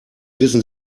wissen